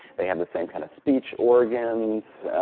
they have the same kind of speech organs.